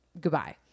goodbye